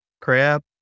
crab